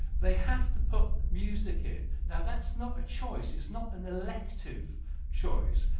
they have to put music in. now that's not a choice. it's not an elective choice.